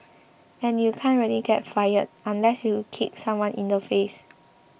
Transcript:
and you can't really get fired unless you kicked someone in the face